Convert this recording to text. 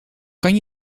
kan